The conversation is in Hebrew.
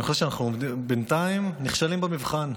אני חושב שאנחנו בינתיים נכשלים במבחן.